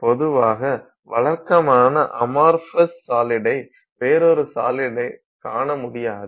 பொதுவாக வழக்கமான அமர்ஃப்பஸ் சாலிட்டை வேறொரு ஒரு சாலிட்டை காண முடியாது